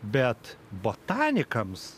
bet botanikams